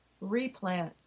replant